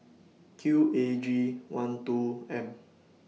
Q A G one two M